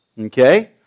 Okay